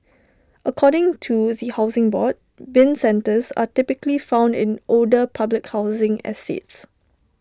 according to the Housing Board Bin centres are typically found in older public housing estates